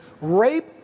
rape